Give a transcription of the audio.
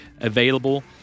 available